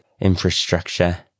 Infrastructure